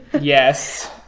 Yes